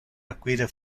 acquire